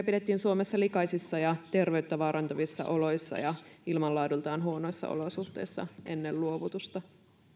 pidettiin suomessa likaisissa ja terveyttä vaarantavissa oloissa ja ilmanlaadultaan huonoissa olosuhteissa ennen luovutusta